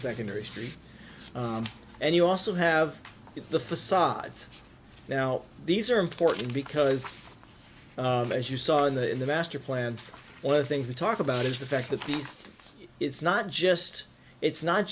secondary street and you also have the facades now these are important because as you saw in the in the master plan what i think we talk about is the fact that these it's not just it's not